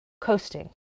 coasting